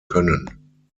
können